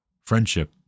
friendship